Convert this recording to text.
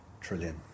trillion